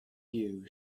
you